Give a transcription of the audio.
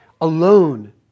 Alone